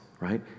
right